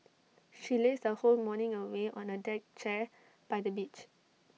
she lazed her whole morning away on the deck chair by the beach